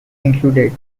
included